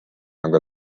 aga